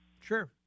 Sure